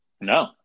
No